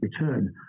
return